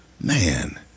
man